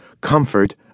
comfort